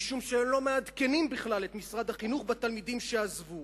משום שהם לא מעדכנים בכלל את משרד החינוך בתלמידים שעזבו.